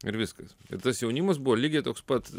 ir viskas tas jaunimas buvo lygiai toks pat